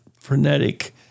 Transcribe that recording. frenetic